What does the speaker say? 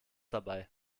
dabei